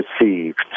received